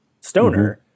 stoner